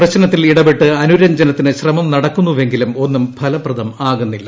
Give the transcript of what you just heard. പ്രശ്നത്തിലിടപെട്ട് അനുരഞ്ജനത്തിന് ശ്രമം നടക്കുന്നുവെങ്കിലും ഒന്നും ഫലപ്രദമാകുന്നില്ല